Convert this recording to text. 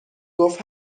گفت